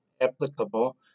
applicable